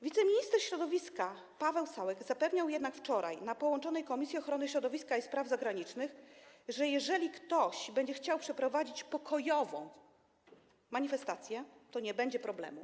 Wiceminister środowiska Paweł Sałek zapewniał jednak wczoraj na posiedzeniu połączonych komisji ochrony środowiska i spraw zagranicznych, że jeżeli ktoś będzie chciał przeprowadzić pokojową manifestację, to nie będzie problemu.